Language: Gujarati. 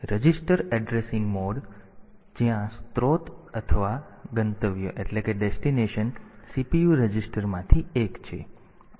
રજીસ્ટર એડ્રેસિંગ મોડ તેથી જ્યાં સ્ત્રોત અથવા ગંતવ્ય CPU રજીસ્ટરમાંથી એક છે